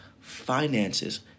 finances